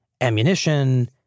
ammunition